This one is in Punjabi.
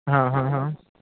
ਹਾਂ ਹਾਂ ਹਾਂ